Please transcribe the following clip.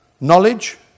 Knowledge